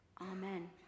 Amen